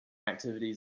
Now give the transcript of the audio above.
activities